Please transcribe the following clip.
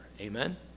Amen